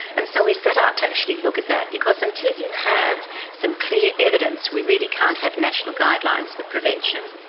and so we set out to actually look at that, because until you have some clear evidence, we really can't have national guidelines for prevention.